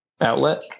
outlet